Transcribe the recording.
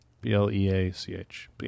B-L-E-A-C-H